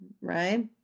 right